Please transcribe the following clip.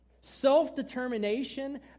self-determination